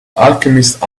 alchemist